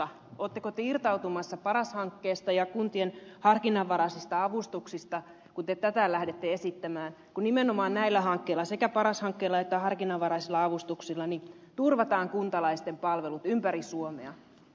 oletteko te irtautumassa paras hankkeesta ja kuntien harkinnanvaraisista avustuksista kun te tätä lähdette esittämään kun nimenomaan näillä hankkeilla sekä paras hankkeella että harkinnanvaraisilla avustuksilla turvataan kuntalaisten palvelut ympäri suomea